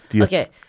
Okay